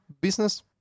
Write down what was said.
business